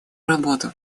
работу